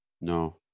No